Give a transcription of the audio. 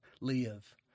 live